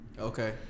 Okay